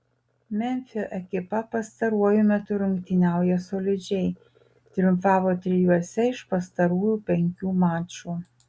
memfio ekipa pastaruoju metu rungtyniauja solidžiai triumfavo trijuose iš pastarųjų penkių mačų